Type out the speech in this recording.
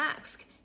ask